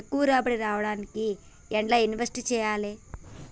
ఎక్కువ రాబడి రావడానికి ఎండ్ల ఇన్వెస్ట్ చేయాలే?